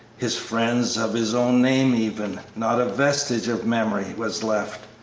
his friends, of his own name even, not a vestige of memory was left.